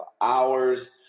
hours